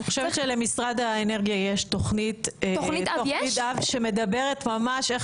אני חושבת שלמשרד האנרגיה יש תוכנית אב שמדברת איך